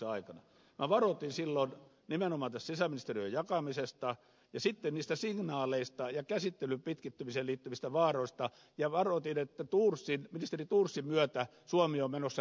minä varoitin silloin nimenomaan tästä sisäministeriön jakamisesta ja sitten niistä signaaleista ja käsittelyn pitkittymiseen liittyvistä vaaroista ja varoitin että ministeri thorsin myötä suomi on menossa ruotsin tielle